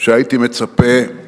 שהייתי מצפה לו